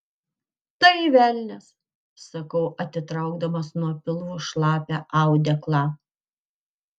tai velnias sakau atitraukdamas nuo pilvo šlapią audeklą